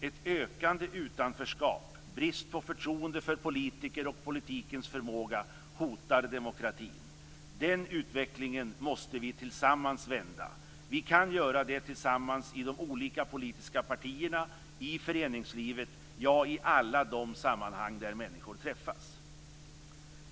Ett ökande utanförskap, brist på förtroende för politiker och politikens förmåga hotar demokratin. Den utvecklingen måste vi tillsammans vända. Vi kan göra det tillsammans i de olika politiska partierna, i föreningslivet - ja, i alla de sammanhang där människor träffas. Fru talman!